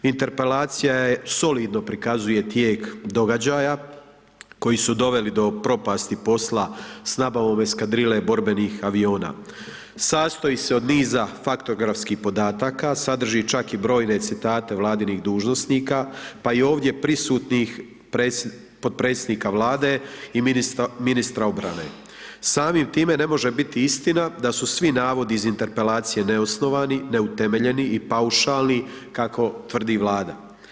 Interpelacija je solidno prikazuje tijek događaja koji su doveli do propasti posla s nabavom eskadrile borbenih aviona, sastoji se od niza faktografskih podataka, sadrži čak i brojne citate vladinih dužnosnika, pa i ovdje prisutnih, potpredsjednika Vlade i ministra obrane, samim time ne može biti istina da su svi navodi iz interpelacije neosnovani, neutemeljeni i paušalni, kako tvrdi Vlada.